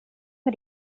med